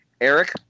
Eric